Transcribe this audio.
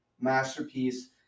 masterpiece